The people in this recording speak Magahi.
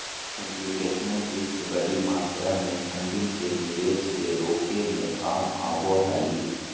कम्प्यूटेशनल वित्त बडी मात्रा में फंडिंग के निवेश के रोके में काम आबो हइ